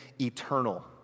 eternal